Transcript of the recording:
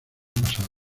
pasada